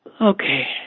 Okay